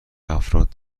افراد